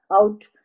out